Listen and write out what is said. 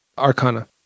arcana